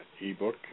e-book